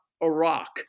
Iraq